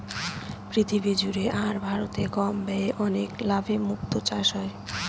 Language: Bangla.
পৃথিবী জুড়ে আর ভারতে কম ব্যয়ে অনেক লাভে মুক্তো চাষ হয়